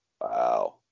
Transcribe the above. Wow